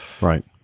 Right